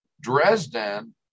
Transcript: Dresden